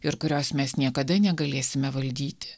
ir kurios mes niekada negalėsime valdyti